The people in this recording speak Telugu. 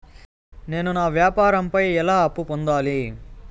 నేను నా వ్యాపారం పై ఎలా అప్పు పొందాలి?